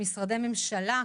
משרדי ממשלה,